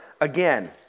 again